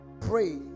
Pray